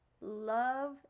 love